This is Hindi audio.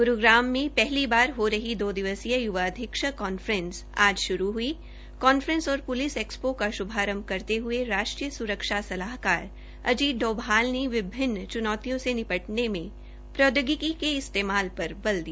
गुरूग्राम पहली बार हो हरी दो दिवसीय युवा अधीक्षक कांफ्रेस आज शुरू हई कांफ्रेंस और पुलिस एक्सपो का शुभारंभ करते हये राष्ट्रीय सुरक्षा सलाहकार अजीत डोभाल ने विभिन्न च्नौतियों से निपटने में प्रौद्योगिकी के प्रयोग पर बल दिया